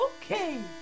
Okay